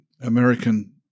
American